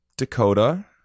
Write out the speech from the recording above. dakota